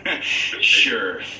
Sure